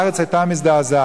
הארץ היתה מזדעזעת.